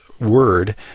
word